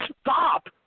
stop